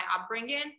upbringing